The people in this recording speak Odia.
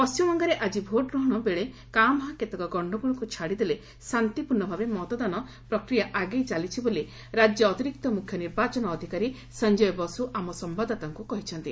ପଣ୍ଟିମବଙ୍ଗରେ ଆଜି ଭୋଟ୍ଗ୍ରହଣ ବେଳେ କାଁ ଭାଁ କେତେକ ଗଣ୍ଡଗୋଳକୁ ଛାଡ଼ିଦେଲେ ଶାନ୍ତିପୂର୍ଷଭାବେ ମତଦାନ ପ୍ରକ୍ରିୟା ଆଗେଇ ଚାଲିଛି ବୋଲି ରାଜ୍ୟ ଅତିରିକ୍ତ ମୁଖ୍ୟ ନିର୍ବାଚନ ଅଧିକାରୀ ସଞ୍ଜୟ ବସ୍କ ଆମ ସମ୍ଘାଦଦାତାଙ୍କୁ କହିଛନ୍ତି